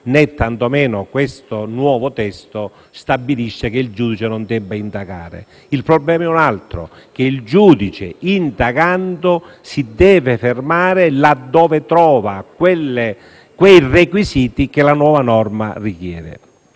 noi, tantomeno questo nuovo testo, stabilisce che il giudice non debba indagare. Il problema è un altro: che il giudice, indagando, si deve fermare laddove trova quei requisiti che la nuova norma richiede.